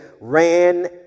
ran